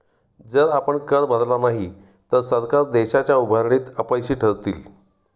जर आपण कर भरला नाही तर सरकार देशाच्या उभारणीत अपयशी ठरतील